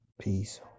peace